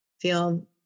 feel